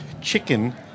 chicken